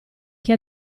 che